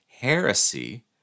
heresy